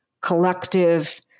collective